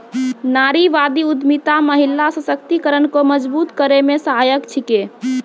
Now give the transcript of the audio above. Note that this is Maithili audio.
नारीवादी उद्यमिता महिला सशक्तिकरण को मजबूत करै मे सहायक छिकै